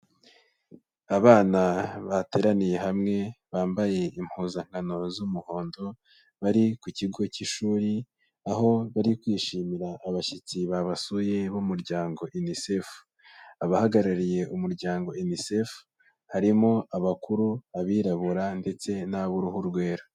Abana bateraniye hamwe, bambaye impuzankano z'umuhondo, bari ku kigo cy'ishuri, aho bari kwishimira abashyitsi babasuye b'umuryango UNICEF. Abahagarariye umuryango UNICEF harimo abakuru, abirabura ndetse n'ab'uruhu rwera.